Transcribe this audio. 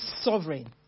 sovereign